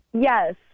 Yes